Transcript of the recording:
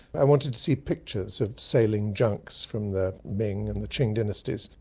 i wanted to see pictures of sailing junks, from the ming and the qing dynasties,